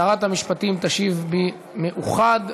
שרת המשפטים תשיב במאוחד,